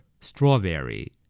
Strawberry